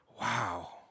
wow